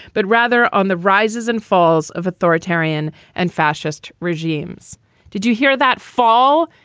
but rather on the rises and falls of authoritarian and fascist regimes. did you hear that fall?